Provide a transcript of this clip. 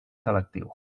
selectiu